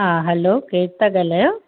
हा हलो केरु था ॻाल्हायो